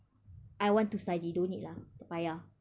I want to study don't need lah tak payah